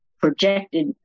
projected